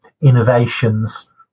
innovations